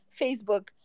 Facebook